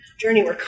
journey